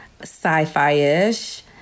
sci-fi-ish